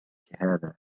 كهذا